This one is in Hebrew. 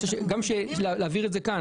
אני רוצה להבהיר גם כאן.